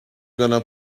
gonna